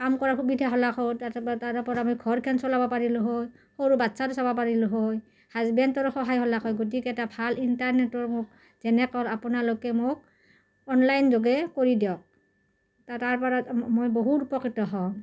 কাম কৰা সুবিধা হ'লাক হয় তাৰ পৰা আমি ঘৰখন চলাব পাৰিলো হয় সৰু বাচ্ছাটো চাবা পাৰিলো হয় হাজবেণ্ডৰো সহায় হ'লাক হয় গতিকে এটা ভাল ইণ্টাৰনেটৰ মোক যেনেকৈ আপোনালোকে মোক অনলাইন যোগে কৰি দিয়ক ত তাৰ পৰা মই বহুত উপকৃত হ'ম